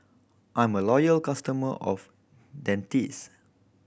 I'm a loyal customer of Dentiste